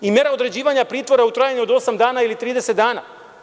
I, mera određivanja pritvora u trajanju od osam dana ili trideset dana.